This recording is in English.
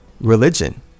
religion